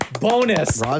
Bonus